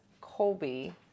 Colby